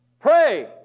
Pray